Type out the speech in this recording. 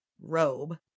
robe